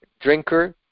drinker